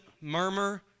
murmur